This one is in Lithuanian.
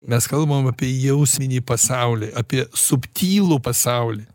mes kalbam apie jausminį pasaulį apie subtilų pasaulį